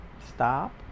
Stop